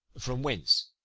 from whence?